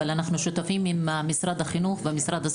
אבל אנחנו שותפים עם משרד החינוך ועם משרד הספורט